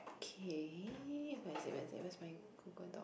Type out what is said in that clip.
K where is it where is it where's my Google doc